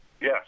Yes